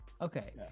okay